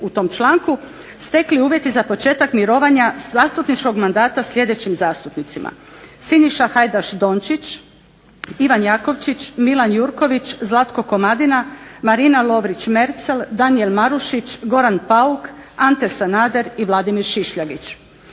u tom članku stekli uvjeti za početak mirovanja zastupničkog mandata sljedećim zastupnicima: Siniša Hajdaš Tončić, Ivan Jakovčić, Milan Jurković, Zlatko Komadina, Marina Lovrić Mercel, Danijel Marušić, Goran Pauk, Ante Sanader i Vladimir Šišljagić.